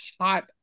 hot